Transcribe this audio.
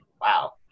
wow